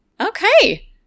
Okay